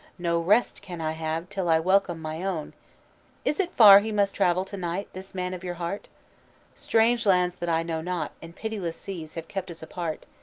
no rest can i have till i welcome my own is it far he must travel to-night, this man of your heart strange lands that i know not, and pitiless seas have kept us apart,